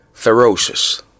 Ferocious